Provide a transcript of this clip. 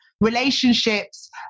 relationships